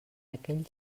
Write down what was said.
aquell